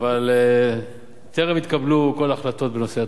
אבל טרם התקבלו כל ההחלטות בנושא התקציב.